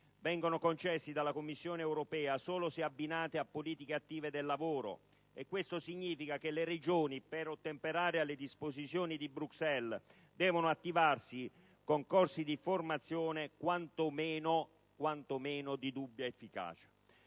vengono concessi dalla Commissione europea solo se abbinati a politiche attive del lavoro; ciò significa che le Regioni, per ottemperare alle disposizioni di Bruxelles, devono attivarsi con corsi di formazione quanto meno di dubbia efficacia.